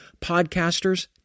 podcasters